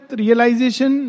realization